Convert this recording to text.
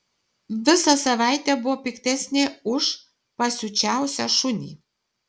visą savaitę buvo piktesnė už pasiučiausią šunį